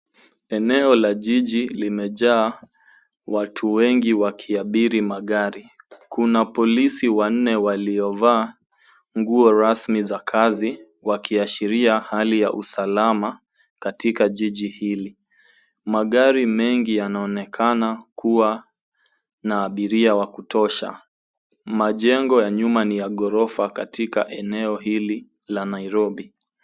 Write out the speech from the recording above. Eneo la jiji limejaa watu wengi wakiabiri magari. Kuna polisi wanne wakiovaa nguo rasmi za kazi wakiashiria hali ya usalama katika jiji hili. Magari mengi yanaonekana kuwa na abiria wa kutosha. Majengo ya nyuma ni ya ghorofa katika eneo hili la Nairobi.